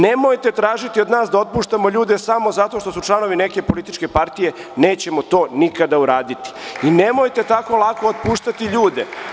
Nemojte tražiti od nas da otpuštamo ljude samo zato što su članovi neke političke partije, nećemo to nikada uraditi i nemojte tako lako otpuštati ljude.